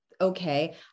okay